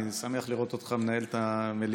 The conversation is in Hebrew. אני שמח לראות אותך מנהל את המליאה,